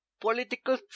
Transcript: political